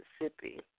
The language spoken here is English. Mississippi